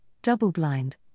double-blind